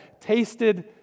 tasted